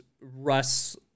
Russ